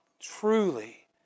truly